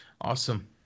Awesome